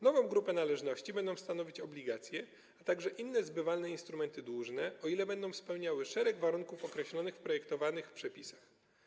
Nową grupę należności będą stanowić obligacje, a także inne zbywalne instrumenty dłużne, o ile będą spełniały szereg warunków określonych w projektowanych przepisach.